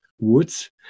woods